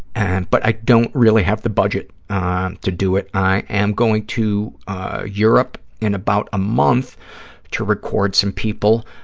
and but i don't really have the budget um to do it. i am going to europe in about a month to record some people,